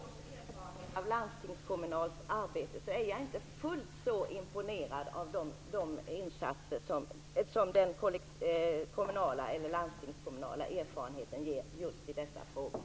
Fru talman! Med erfarenhet av tio års landstingskommunalt arbete är jag inte fullt så imponerad av kommunala och landstingskommunala insatser just i dessa frågor.